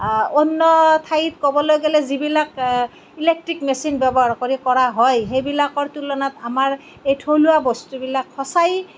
অন্য ঠাইত ক'বলৈ গ'লে যিবিলাক ইলেক্ট্ৰিক মেচিন ব্য়ৱহাৰ কৰি কৰা হয় সেইবিলাকৰ তুলনাত আমাৰ এই থলুৱা বস্তুবিলাক সঁচাই